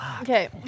Okay